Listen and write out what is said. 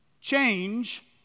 Change